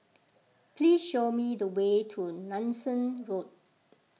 please show me the way to Nanson Road